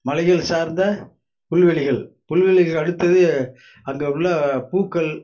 மலைகள் சார்ந்த புல்வெளிகள் புல்வெளிகளுக்கு அடுத்தது அங்கே உள்ள பூக்கள்